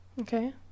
Okay